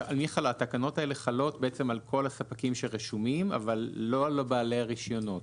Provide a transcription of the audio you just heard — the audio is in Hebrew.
התקנות האלה חלות על כל הספקים שרשומים אבל לא על בעלי הרישיונות.